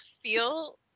feel